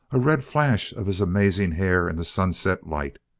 a red flash of his amazing hair in the sunset light.